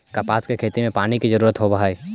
कपास के खेती में पानी के जरूरत होवऽ हई